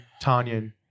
Tanya